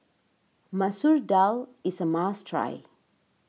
Masoor Dal is a must try